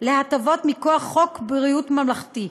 להטבות מכוח חוק ביטוח בריאות ממלכתי,